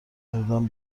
اقدام